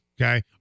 Okay